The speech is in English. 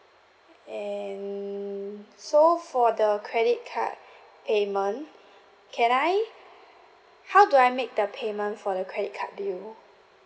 and so for the credit card payment can I how do I make the payment for the credit card bill